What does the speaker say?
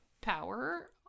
power